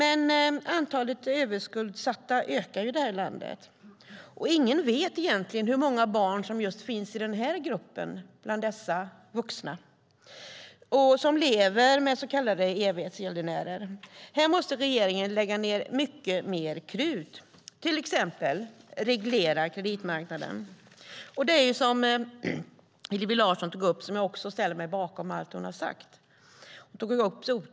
Antalet överskuldsatta ökar här i landet, och ingen vet egentligen hur många barn som lever med dessa vuxna så kallade evighetsgäldenärer. Det här måste regeringen lägga ned mycket mer krut på, till exempel att reglera kreditmarknaden. Även Hillevi Larsson tog upp kreditmarknaden i sitt anförande, och jag ställer mig bakom allt hon har sagt.